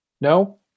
No